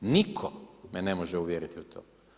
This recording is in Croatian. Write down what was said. Nitko me ne može uvjeriti u to.